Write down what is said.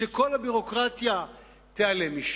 שכל הביורוקרטיה תיעלם משם,